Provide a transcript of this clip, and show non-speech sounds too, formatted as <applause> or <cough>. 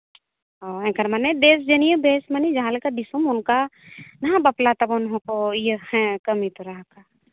<unintelligible> ᱮᱱᱠᱷᱟᱱ ᱢᱟᱱᱮ ᱫᱮᱥ ᱫᱩᱱᱤᱭᱟᱹ ᱫᱮᱥ ᱢᱟᱱᱮ ᱡᱟᱦᱟᱸ ᱞᱮᱠᱟ ᱫᱤᱥᱚᱢ ᱚᱱᱠᱟ ᱦᱟᱸᱜ ᱵᱟᱯᱞᱟ ᱛᱟᱵᱚᱱ ᱦᱚᱸᱠᱚ ᱦᱮᱸ ᱠᱟᱹᱢᱤ ᱛᱚᱨᱟ ᱟᱸᱠᱟ